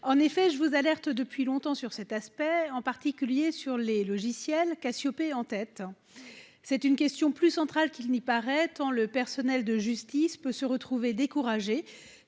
en effet je vous alertent depuis longtemps sur cet aspect, en particulier sur les logiciels Cassiopée en tête, c'est une question plus central, qu'il n'y paraît, tant le personnel de justice peut se retrouver découragés